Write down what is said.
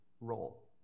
role